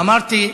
אמרתי: